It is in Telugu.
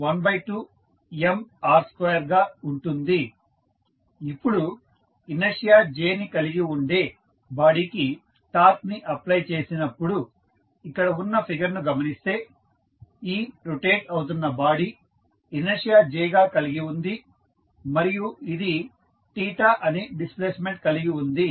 సాంద్రత ఇప్పుడు ఇనర్షియా J ని కలిగి ఉండే బాడీ కి టార్క్ ని అప్ప్లై చేసినప్పుడు ఇక్కడ ఉన్న ఫిగర్ ను గమనిస్తే ఈ రొటేట్ అవుతున్న బాడీ ఇనర్షియా J గా కలిగి ఉంది మరియు ఇది అనే డిస్ప్లేస్మెంట్ కలిగి ఉంది